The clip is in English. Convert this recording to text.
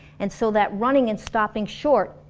and so that running and stopping short,